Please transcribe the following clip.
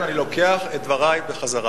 חבר הכנסת גילאון, אני לוקח את דברי בחזרה.